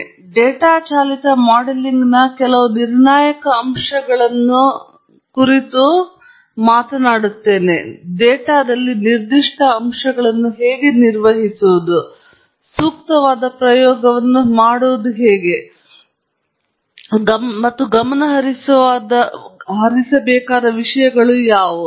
ಮತ್ತು ಡೇಟಾ ಚಾಲಿತ ಮಾಡೆಲಿಂಗ್ನ ಕೆಲವು ನಿರ್ಣಾಯಕ ಅಂಶಗಳನ್ನು ಕುರಿತು ಮಾತನಾಡಿ ಡೇಟಾದಲ್ಲಿ ಶಬ್ದದಂತಹ ನಿರ್ದಿಷ್ಟ ಅಂಶಗಳನ್ನು ಹೇಗೆ ನಿರ್ವಹಿಸುವುದು ಸೂಕ್ತವಾದ ಪ್ರಯೋಗವನ್ನು ಮಾಡುವುದು ಮತ್ತು ಹೀಗೆ ಮಾಡುವುದರ ಬಗ್ಗೆ ಗಮನಹರಿಸಬೇಕಾದ ವಿಷಯಗಳು ಯಾವುವು